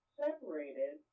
separated